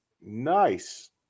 nice